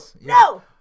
no